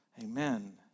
Amen